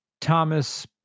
Thomas